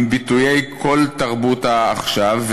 עם ביטויי כל תרבות העכשיו,